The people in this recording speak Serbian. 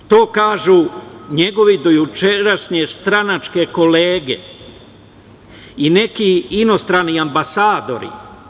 To kažu njegove dojučerašnje stranačke kolege i neki inostrani ambasadori.